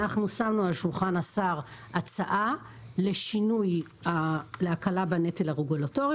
אנחנו שמנו על שולחן השר הצעה לשינוי להקלה בנטל הרגולטורי,